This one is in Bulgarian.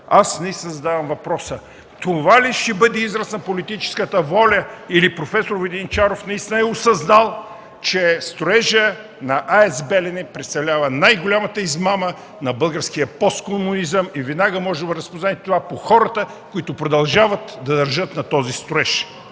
Аз наистина задавам въпроса: това ли ще бъде израз на политическата воля, или проф. Воденичаров наистина е осъзнал, че строежът на АЕЦ „Белене” представлява най-голямата измама на българския посткомунизъм? Веднага можете да разпознаете това по хората, които продължават да държат на този строеж.